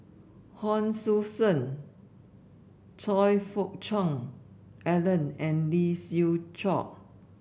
Hon Sui Sen Choe Fook Cheong Alan and Lee Siew Choh